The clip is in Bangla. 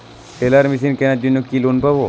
টেলার মেশিন কেনার জন্য কি লোন পাব?